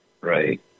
right